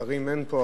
שרים אין פה,